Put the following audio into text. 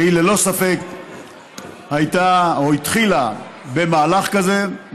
שהיא ללא ספק הייתה או התחילה במהלך כזה,